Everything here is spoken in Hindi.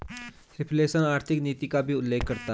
रिफ्लेशन आर्थिक नीति का भी उल्लेख करता है